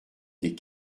des